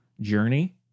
journey